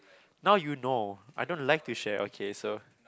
now you know I don't like to share okay so